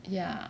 ya